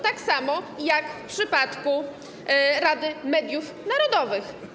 Tak samo jak w przypadku Rady Mediów Narodowych.